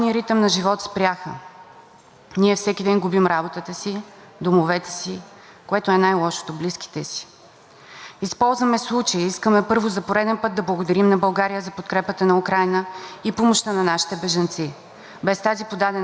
Използваме случая и искаме първо за пореден път да благодарим на България за подкрепата на Украйна и помощта на нашите бежанци, без тази подадена ръка мнозина нямаше да оцелеят. В същото време ние украинските българи очакваме и друг вид подкрепа от България.